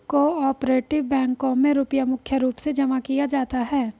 को आपरेटिव बैंकों मे रुपया मुख्य रूप से जमा किया जाता है